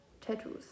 tattoos